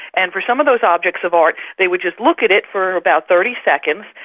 and for some of those objects of art they would just look at it for about thirty seconds,